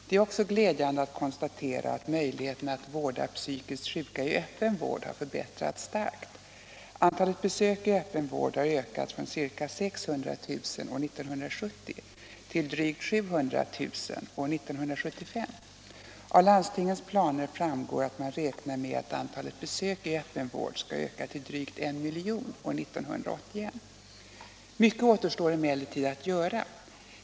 Det är också glädjande att konstatera att möjligheterna att vårda psykiskt sjuka i öppen vård har förbättrats starkt. Antalet besök i öppen vård har ökat från ca 600 000 år 1970 till drygt 700 000 år 1975. Av landstingens planer framgår att man räknar med att antalet besök i öppen vård skall öka till drygt en miljon år 1981. den Om ökade resurser till mentalsjukvården 110 Mycket återstår emellertid att göra.